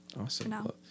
Awesome